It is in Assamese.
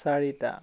চাৰিটা